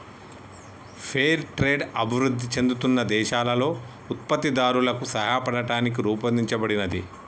fair trade అభివృద్ధి చెందుతున్న దేశాలలో ఉత్పత్తిదారులకు సాయపడటానికి రూపొందించబడినది